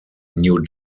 new